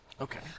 Okay